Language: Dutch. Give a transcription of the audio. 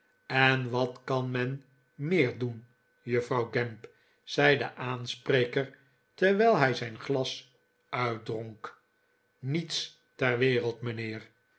en wat kan men meer doen juffrouw gamp zei de aanspreker terwijl hij zijn glas uitdronk niets ter wereld mijnheer